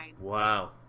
Wow